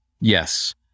Yes